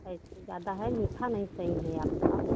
ऐसे ज़्यादा है मीठा नहीं सही है आपका